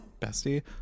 bestie